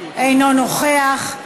אינו נוכח.